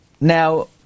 Now